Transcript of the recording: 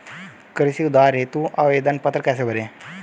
कृषि उधार हेतु आवेदन पत्र कैसे भरें?